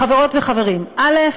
חברות וחברים, א.